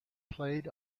played